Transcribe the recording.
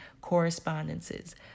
correspondences